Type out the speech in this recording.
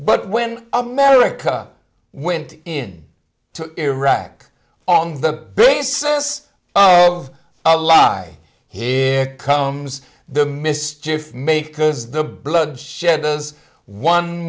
but when america went in to iraq on the basis of a lie here comes the mischief make because the blood shed has one